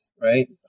right